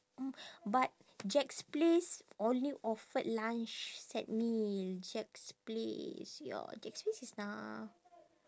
but jack's place only offered lunch set meal jack's place ya jack's place is nah